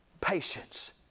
Patience